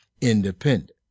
independent